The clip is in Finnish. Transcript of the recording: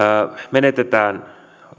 menetetään